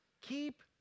Keep